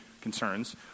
Concerns